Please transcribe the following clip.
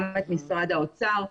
גם את משרד האוצר,